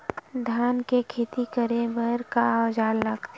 धान के खेती करे बर का औजार लगथे?